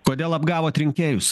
kodėl apgavot rinkėjus